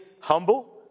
humble